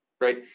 right